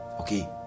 Okay